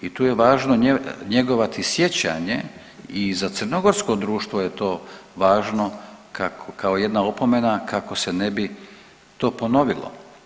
I tu je važno njegovati sjećanje i za crnogorsko društvo je to važno kao jedna opomena kako se ne bi to ponovilo.